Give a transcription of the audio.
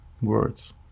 words